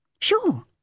Sure